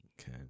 Okay